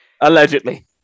Allegedly